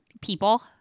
People